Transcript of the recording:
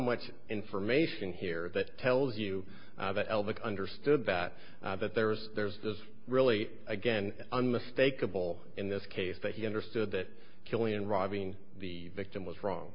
much information here that tells you that elvis understood that that there was there's this really again unmistakable in this case that he understood that killing and robbing the victim was wrong